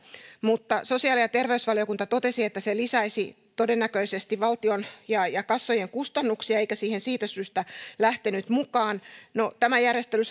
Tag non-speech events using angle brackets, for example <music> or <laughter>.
mutta sosiaali ja terveysvaliokunta totesi että se lisäisi todennäköisesti valtion ja ja kassojen kustannuksia eikä siihen siitä syystä lähtenyt mukaan no tämä järjestely <unintelligible>